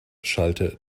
schallte